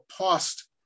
past